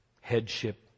headship